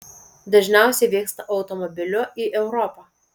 dažniausiai vyksta automobiliu į europą